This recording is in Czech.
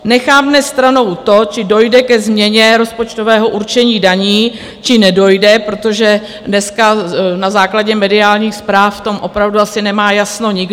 Nechám dnes stranou to, zda dojde ke změně rozpočtového určení daní či nedojde, protože dneska na základě mediálních zpráv v tom opravdu asi nemá jasno nikdo.